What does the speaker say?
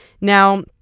Now